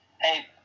Hey